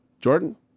Jordan